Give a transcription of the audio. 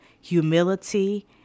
humility